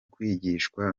kwigishwa